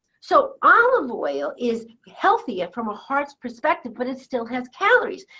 so olive oil is healthier from a heart's perspective, but it still has calories.